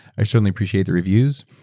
i certainly appreciate the reviews.